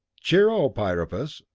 cheer-o priapus,